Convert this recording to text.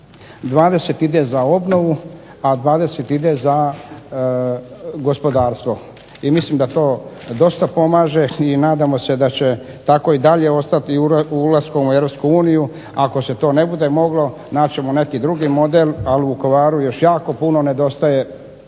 20 ide za obnovu, a 20 ide za gospodarstvo. I mislim da to dosta pomaže, i nadamo se da će tako i dalje ostati ulaskom u Europsku uniju, ako se to ne bude moglo naći ćemo neki drugi model, ali u Vukovaru još jako puno nedostaje